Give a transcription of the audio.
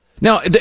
Now